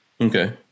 Okay